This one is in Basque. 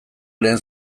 lehen